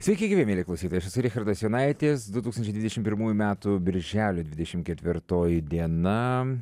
sveiki gyvi mieli klausytojai richardas jonaitis du tūkstančiai dvidešimt pirmųjų metų birželio dvidešimt ketvirtoji diena